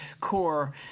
core